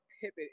Pivot